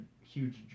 huge